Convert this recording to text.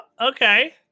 okay